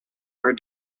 her